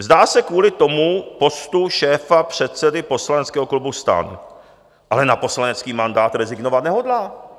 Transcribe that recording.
Vzdá se kvůli tomu postu šéfa předsedy poslaneckého klubu STAN, ale na poslanecký mandát rezignovat nehodlá.